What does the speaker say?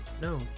No